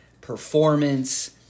performance